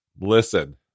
listen